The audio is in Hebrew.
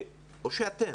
או שאתם,